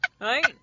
Right